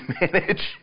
manage